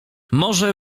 morze